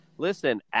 Listen